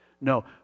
No